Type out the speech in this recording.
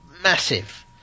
massive